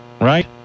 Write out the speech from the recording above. right